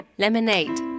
Lemonade